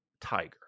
Tiger